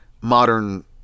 modern